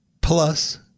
Plus